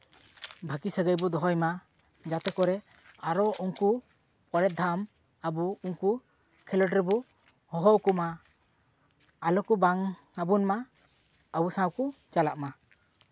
ᱵᱷᱟᱹᱜᱤ ᱥᱟᱹᱜᱟᱹᱭ ᱵᱚᱱ ᱫᱚᱦᱚᱭ ᱢᱟ ᱡᱟᱛᱮ ᱠᱚᱨᱮ ᱟᱨᱚ ᱩᱱᱠᱩ ᱯᱚᱨᱮᱨ ᱫᱷᱟᱢ ᱟᱵᱚ ᱩᱱᱠᱩ ᱠᱷᱮᱞᱳᱰ ᱨᱮᱵᱳ ᱦᱚᱦᱚᱣ ᱠᱚᱢᱟ ᱟᱞᱚᱠᱚ ᱵᱟᱝ ᱟᱵᱚᱱ ᱢᱟ ᱟᱵᱚ ᱥᱟᱶ ᱠᱚ ᱪᱟᱞᱟᱜ ᱢᱟ